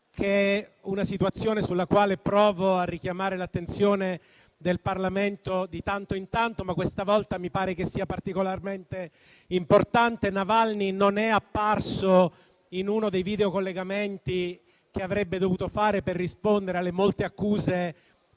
sulla situazione di Alexei Navalny, come provo a fare di tanto in tanto, ma questa volta mi pare che sia particolarmente importante. Navalny non è apparso in uno dei videocollegamenti che avrebbe dovuto fare per rispondere alle molte accuse